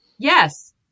Yes